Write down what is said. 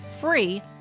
free